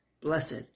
Blessed